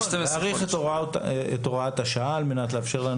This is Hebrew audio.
להאריך את הוראת השעה ב-12 חודשים על מנת לאפשר לנו